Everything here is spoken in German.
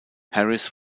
harris